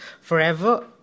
forever